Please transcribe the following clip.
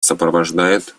сопровождают